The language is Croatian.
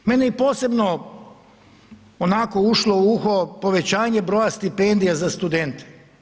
Meni je posebno onako ušlo u uho povećanje broja stipendija za studente.